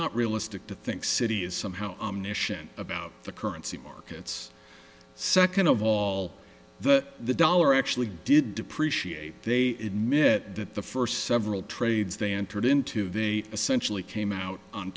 not realistic to think city is somehow omniscient about the currency markets second of all that the dollar actually did depreciate they admit that the first several trades they entered into they essentially came out on